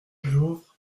j’ouvre